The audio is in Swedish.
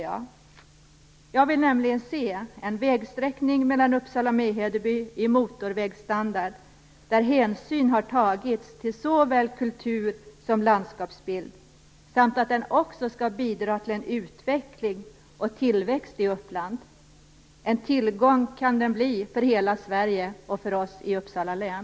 Jag vill nämligen se en vägsträckning mellan Uppsala och Mehedeby i motorvägsstandard, där hänsyn har tagits till såväl kultur som landskapsbild samt att den också skall bidra till en utveckling och tillväxt i Uppland. En tillgång kan den bli för hela Sverige och för oss i Uppsala län.